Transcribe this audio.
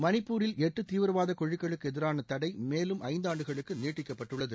மணிப்பூரில் எட்டு தீவிரவாத குழுக்களுக்கு எதிரான தடை மேலும் ஐந்தாண்டுகளுக்கு நீட்டிக்கப்பட்டுள்ளது